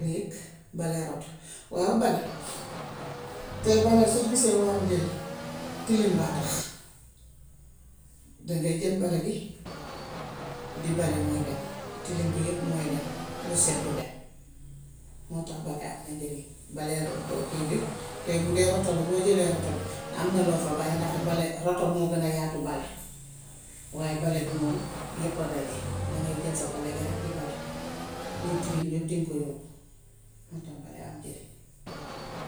Héeg bale rato. Waaw bale. Tey bale soo gisee mu am njëriñ, tilim baa tax. Dangay jël bale bi di bale muy dem, tilim bi yépp mooy dem. Lu set du dem. Moo tax bale amna njarin. Bale kii bi. Tay bu dee rato la, boo jëlee rato bi am na loo fay bàyyi ndax rato moo gën a yaatu bale waaye bale bi moom yépp a daje. Dangay jël sa bale gi rekk di bale. Liy tilim yépp diŋ ko yóbbu. Moo tax bale am njariñ.